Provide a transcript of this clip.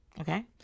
okay